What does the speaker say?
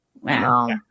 wow